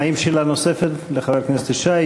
האם יש שאלה נוספת לחבר הכנסת ישי?